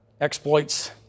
exploits